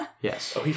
Yes